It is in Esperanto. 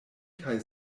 kaj